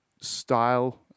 style